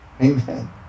amen